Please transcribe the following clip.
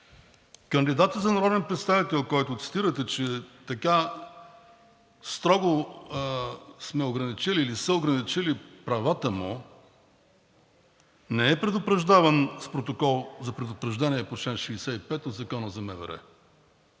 Кандидатът за народен представител, за когото цитирате, че така строго сме ограничили или са ограничили правата му, не е предупреждаван с протокол за предупреждение по чл. 65 от Закона за МВР.